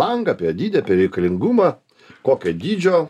langą apie dydį apie reikalingumą kokio dydžio